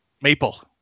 Maple